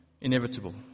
inevitable